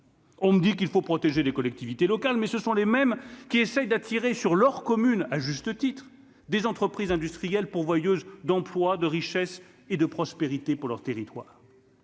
on me dit qu'il faut protéger les collectivités locales, mais ce sont les mêmes qui essayent d'attirer sur leur commune, à juste titre des entreprises industrielles pourvoyeuses d'emplois, de richesse et de prospérité pour leur territoire.